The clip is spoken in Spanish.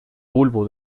bulbo